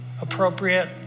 appropriate